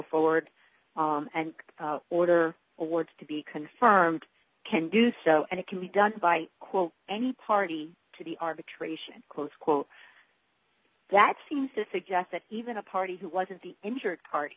forward and order awards to be confirmed can do so and it can be done by quote any party to the arbitration close quote that seems to suggest that even a party who wasn't the injured